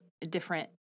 different